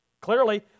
Clearly